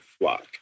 flock